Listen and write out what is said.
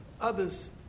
others